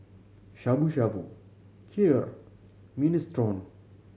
Shabu Shabu Kheer and Minestrone